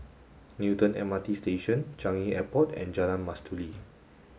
Newton M R T Station Changi Airport and Jalan Mastuli